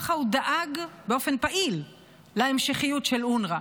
ככה הוא דאג באופן פעיל להמשכיות של אונר"א.